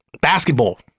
basketball